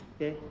Okay